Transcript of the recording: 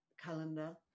calendar